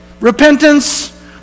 repentance